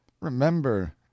Remember